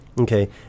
Okay